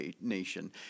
nation